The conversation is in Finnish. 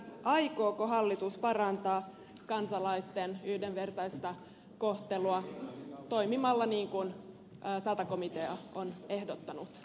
aikooko hallitus parantaa kansalaisten yhdenvertaista kohtelua toimimalla niin kuin sata komitea on ehdottanut